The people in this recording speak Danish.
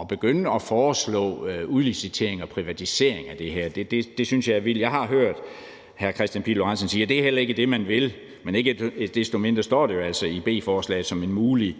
At begynde at foreslå udlicitering og privatisering af det her synes jeg er vildt. Jeg har hørt hr. Kristian Pihl Lorentzen sige, at det heller ikke er det, man vil, men ikke desto mindre står det jo altså i B-forslaget som en mulig